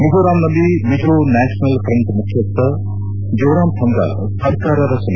ಮಿಜೋರಾಂ ನಲ್ಲಿ Mizo national front ಮುಖ್ಯಸ್ವ ಜೋರಾಮ್ಥಂಗಾ ಸರ್ಕಾರ ರಚನೆ